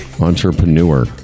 Entrepreneur